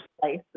place